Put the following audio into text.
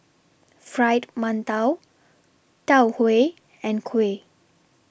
Fried mantou Tau Huay and Kuih